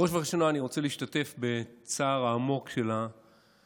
בראש ובראשונה אני רוצה להשתתף בצער העמוק של המשפחות,